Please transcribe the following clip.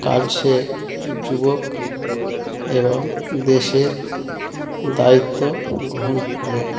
কাল সে যুবক এবং দেশের দায়িত্ব গ্রহণ করবে